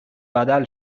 بدل